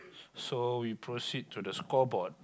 so we proceed to the scoreboard